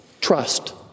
Trust